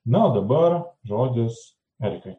na o dabar žodis erikai